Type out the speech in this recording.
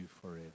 forever